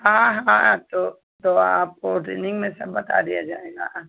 हाँ हाँ तो तो आपको ट्रेनिंग में सब बता दिया जाएगा